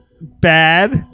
bad